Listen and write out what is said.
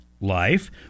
Life